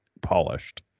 polished